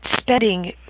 spending